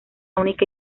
única